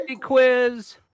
quiz